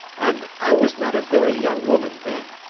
and i was not a very young woman then,